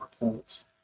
reports